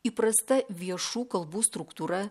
įprasta viešų kalbų struktūra